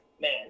man